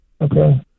Okay